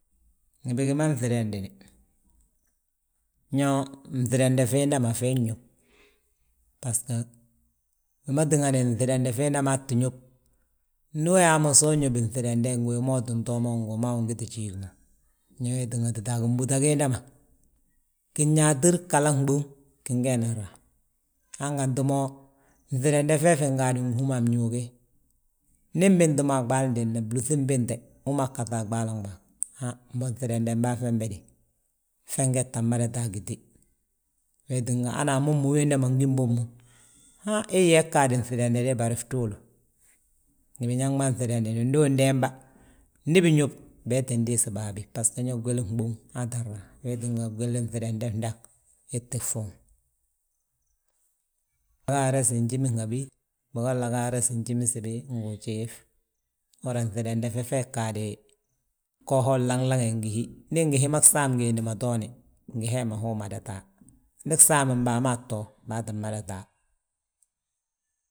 Ngi bigi ma nŧidandini, ño nŧidande fiinda ma fii ññób. Basgo wi ma tingani nŧidande fiinda ma fii tti ñób, ndu yaa mo so uñóbi nŧidande, ngi wi ma utin too mo ngi wee ma wi ungiti jiig mo. Ñe wee tínga tita a gimbúuta giinda ma, ginyaatir gala gbuŋ, gin geeni raa. Hanganti mo nŧidande fee fi ngaadi ngi hú ma a bñuugi. Ndi imbinti mo a ɓaali diin ma, blúŧi mbinte, umaa ggaŧa a ɓaalin ɓaŋ. Han mbo nŧidande bâa fembe de, fe ngetta mada ta agiti. Wee tínga hana a momu wiinda ma ngim bommu, han ii yyaa igaade nŧidande me fduulu. Ngi biñaŋ ma nŧidandini ndu undemba, ndi biñób bii tti diisi baabi, basgo ño gwili gbúŋ aa ttin raa, wee tinga nwilini nŧidande fndaŋ ii tti gfuuŋ. Bâgaa resi njiminhabi, bigolla ga a resi njiminsibi ngu ujiif. Uhúra nŧidande fee gaade fo, go laŋ laŋe ngi hi, ndi gi hi ma gsaam giindi ma tooni ngi hee ma hi umada ta. Ndi gsaamin bâa ma to, baa tti mada ta,.